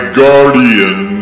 guardian